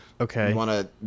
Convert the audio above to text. Okay